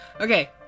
Okay